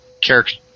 character